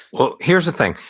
well, here's the thing.